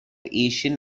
asian